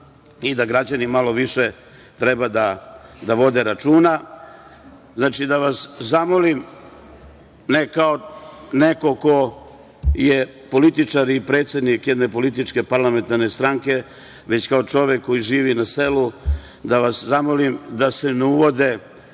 i da građani malo više treba da vode računa. Znači, da vas zamolim, ne kao neko ko je političar i predsednik jedne političke parlamentarne stranke, već kao čovek koji živi na selu, da vas zamolim da se ne uvodi